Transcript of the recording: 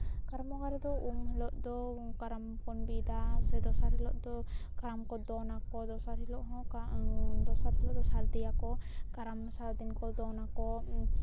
ᱠᱟᱨᱟᱢ ᱵᱚᱸᱜᱟ ᱨᱮᱫᱚ ᱩᱢ ᱦᱤᱞᱳᱜ ᱫᱚ ᱠᱟᱨᱟᱢ ᱵᱚᱱ ᱵᱤᱫᱟ ᱥᱮ ᱫᱚᱥᱟᱨ ᱦᱤᱞᱳᱜ ᱫᱚ ᱠᱟᱨᱟᱢ ᱠᱚ ᱫᱚᱱᱟᱠᱚ ᱫᱚᱥᱟᱨ ᱦᱤᱞᱳᱜ ᱦᱚᱸ ᱠᱟ ᱫᱚᱥᱟᱨ ᱦᱤᱞᱳᱜ ᱫᱚ ᱥᱟᱨᱫᱤᱭᱟᱠᱚ ᱠᱟᱨᱟᱢ ᱫᱚ ᱥᱟᱨᱟᱫᱤᱱ ᱠᱚ ᱫᱚᱱᱟᱠᱚ